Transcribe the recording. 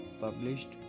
published